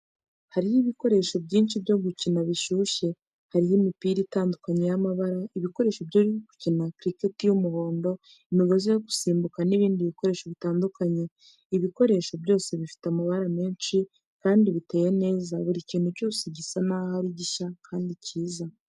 Hariho ibikoresho byinshi byo gukina bishyushye. Harimo imipira itandukanye y'amabara, ibikoresho byo gukina cricket by'umuhondo, imigozi yo gusimbuka, n'ibindi bikoresho bitandukanye. Ibikoresho byose bifite amabara menshi kandi biteye neza. Buri kintu cyose gisa n'aho ari gishya kandi cyiza.